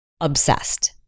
obsessed